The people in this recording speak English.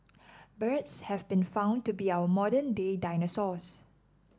birds have been found to be our modern day dinosaurs